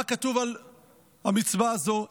מה כתוב על המצווה הזאת?